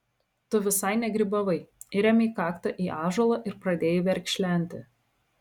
tu visai negrybavai įrėmei kaktą į ąžuolą ir pradėjai verkšlenti